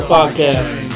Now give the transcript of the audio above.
Podcast